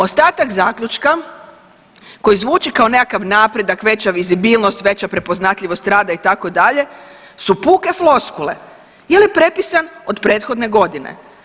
Ostatak zaključka koji zvuči kao nekakav napredak, veća vizibilnost, veća prepoznatljivost rada itd., su puke floskule jer je prepisan od prethodne godine.